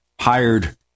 hired